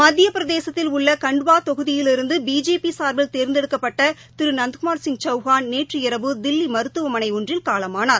மத்திய பிரதேசத்தில் உள்ள கண்ட்வா தொகுதியிலிருந்து பிஜேபி சாா்பில் தேர்ந்தெடுக்கப்பட்ட திரு நந்த்குமார் சிங் சௌஹான் நேற்று இரவு தில்லி மருத்துவமனை ஒன்றில் காலமானார்